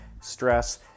stress